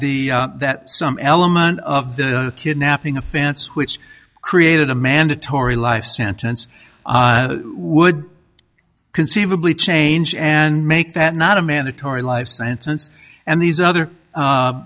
the that some element of the kidnapping offense which created a mandatory life sentence would conceivably change and make that not a mandatory life sentence and these other